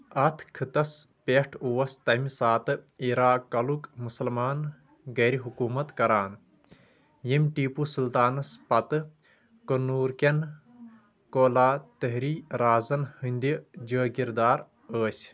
اَتھ خٕطس پٮ۪ٹھ اوس تمہِ ساتہٕ اراکَلُک مُسلمان گَھرِ حُکوٗمت کَران یِم ٹیٖپو سُلطانس پتہٕ کننور کٮ۪ن کولاتِہری رازن ہِنٛدِ جٲگیٖردار ٲسۍ